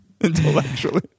intellectually